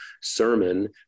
sermon